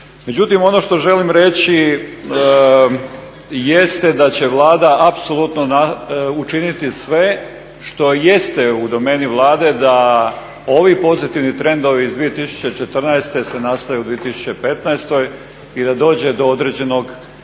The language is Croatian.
Međutim, ono što želim reći jeste da će Vlada apsolutno učiniti sve što jeste u domeni Vlade da ovi pozitivni trendovi iz 2014. se nastave u 2015. i da dođe do određenog dakle ja